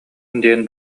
диэн